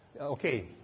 Okay